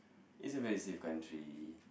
it's a very safe country